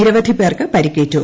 നിരവൃധി പേർക്ക് പരിക്കേറ്റു